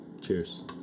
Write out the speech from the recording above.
Cheers